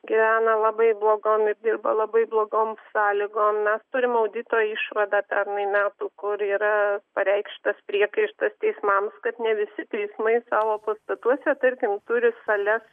gyvena labai blogom dirba labai blogom sąlygom mes turime audito išvadą pernai metų kur yra pareikštas priekaištas teismams kad ne visi teismai savo pastatuose tarkim turi sales